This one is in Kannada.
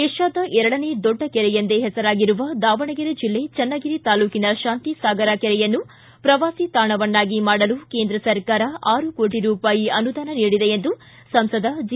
ಏಷ್ಕಾದ ಎರಡನೇ ದೊಡ್ಡ ಕೆರೆ ಎಂದೇ ಹೆಸರಾಗಿರುವ ದಾವಣಗೆರೆ ಜಿಲ್ಲೆ ಚನ್ನಗಿರಿ ತಾಲೂಕಿನ ಶಾಂತಿಸಾಗರ ಕೆರೆಯನ್ನು ಪ್ರವಾಸಿ ತಾಣವನ್ನಾಗಿ ಮಾಡಲು ಕೇಂದ್ರ ಸರ್ಕಾರ ಆರು ಕೋಟ ರೂಪಾಯಿ ಅನುದಾನ ನೀಡಿದೆ ಎಂದು ಸಂಸದ ಜಿ